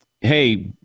Hey